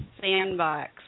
sandbox